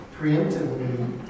preemptively